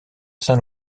saint